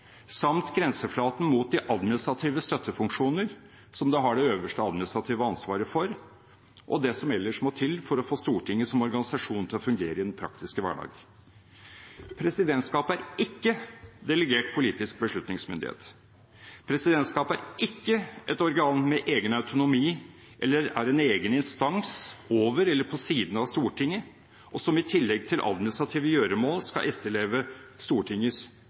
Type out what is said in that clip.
samt grenseflaten mot de administrative støttefunksjoner, som det har det øverste administrative ansvaret for, og det som ellers må til for å få Stortinget som organisasjon til å fungere i den praktiske hverdag. Presidentskapet er ikke delegert politisk beslutningsmyndighet. Presidentskapet er ikke et organ med egen autonomi eller er en egen instans over eller på siden av Stortinget, og som i tillegg til administrative gjøremål skal etterleve Stortingets